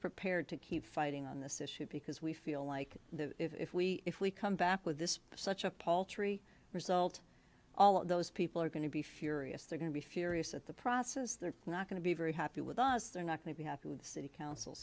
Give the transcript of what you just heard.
prepared to keep fighting on this issue because we feel like the if we if we come back with this such a paltry result all of those people are going to be furious they're going to be furious at the process they're not going to be very happy with us they're not going to be happy with city council